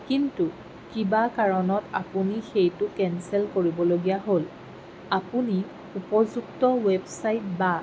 কিন্তু কিবা কাৰণত আপুনি সেইটো কেনচেল কৰিবলগীয়া হ'ল আপুনি উপযুক্ত ৱেবছাইট বা